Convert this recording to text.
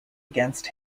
against